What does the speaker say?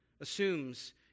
assumes